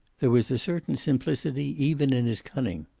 there was a certain simplicity even in his cunning.